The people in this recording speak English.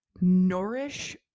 nourish